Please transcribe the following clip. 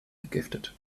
vergiftet